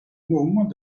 mouvements